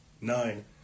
nine